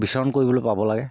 বিচৰণ কৰিবলৈ পাব লাগে